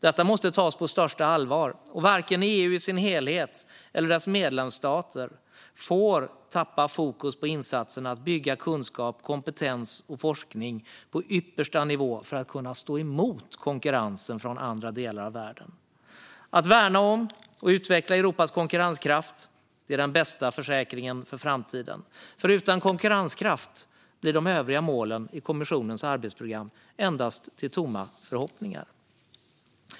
Detta måste tas på största allvar, och varken EU i sin helhet eller dess medlemsstater får tappa fokus på insatserna för att bygga kunskap, kompetens och forskning på yppersta nivå för att kunna stå emot konkurrensen från andra delar av världen. Att värna om och utveckla Europas konkurrenskraft är den bästa försäkringen för framtiden, för utan konkurrenskraft blir de övriga målen i kommissionens arbetsprogram endast till tomma förhoppningar.